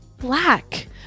black